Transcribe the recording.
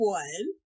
one